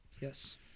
Yes